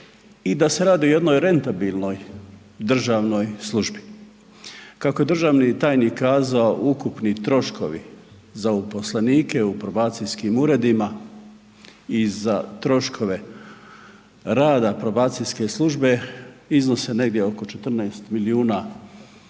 i da se radi o jednoj rentabilnoj državnoj službi. Kako je državni tajnik kazao ukupni troškovi za uposlenike u probacijskim uredima i za troškove rada probacijske službe iznose negdje oko 14 milijuna kuna